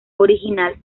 original